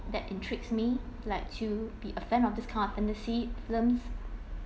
that intrigues me like to be a fan of this kind of fantasy films